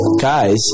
guys